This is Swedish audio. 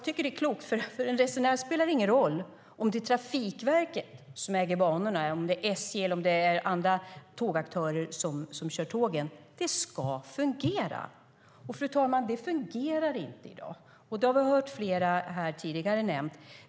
Det är klokt. För en resenär spelar det ingen roll om det är Trafikverket som äger banorna och SJ eller andra tågaktörer som kör tågen. Det ska fungera. Det fungerar inte i dag, fru talman. Det har vi hört flera nämna här tidigare.